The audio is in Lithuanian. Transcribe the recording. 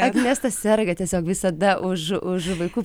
agnesta serga tiesiog visada už už vaikų